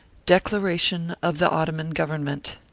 declaration of the ottoman government.